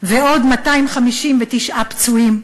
ועוד 259 פצועים,